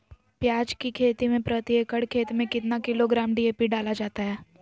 प्याज की खेती में प्रति एकड़ खेत में कितना किलोग्राम डी.ए.पी डाला जाता है?